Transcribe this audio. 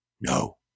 No